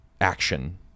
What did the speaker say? action